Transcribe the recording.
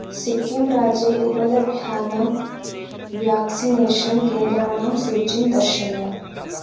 सिक्किंराज्ये उपलभ्यानां व्याक्सिनेषन् केन्द्राणां सूचिं दर्शय